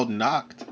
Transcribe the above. knocked